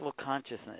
consciousness